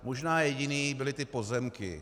Možná jediný byly ty pozemky.